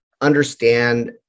understand